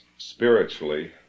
Spiritually